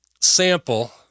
sample